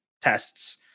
tests